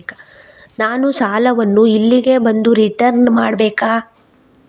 ನಾನು ಸಾಲವನ್ನು ಇಲ್ಲಿಗೆ ಬಂದು ರಿಟರ್ನ್ ಮಾಡ್ಬೇಕಾ?